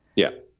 yeah.